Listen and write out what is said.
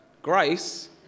Grace